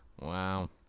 Wow